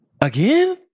again